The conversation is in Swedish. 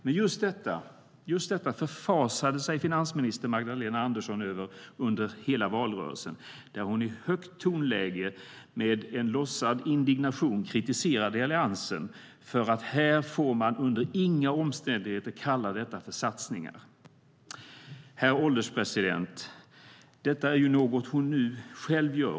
Men just detta förfasade sig finansminister Magdalena Andersson över under hela valrörelsen, där hon i högt tonläge och med låtsad indignation kritiserade Alliansen och sa att man under inga omständigheter får kalla detta för satsningar. Herr ålderspresident! Detta är ju något hon själv nu gör.